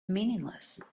meaningless